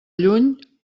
lluny